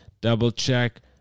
double-check